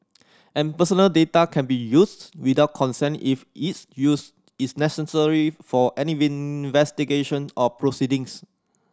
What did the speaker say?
and personal data can be used without consent if its use is necessary for any investigation or proceedings